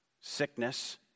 sickness